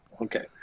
Okay